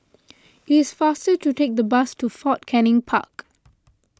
it is faster to take the bus to Fort Canning Park